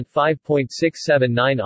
5.679